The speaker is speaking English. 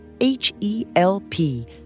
H-E-L-P